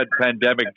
pandemic